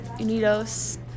Unidos